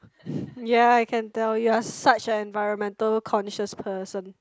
ya I can tell you are such a environmental concious person